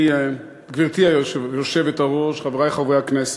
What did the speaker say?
גברתי היושבת-ראש, חברי חברי הכנסת,